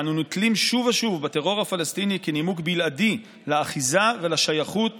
ואנו נתלים שוב ושוב בטרור הפלסטיני כנימוק בלעדי לאחיזה ולשייכות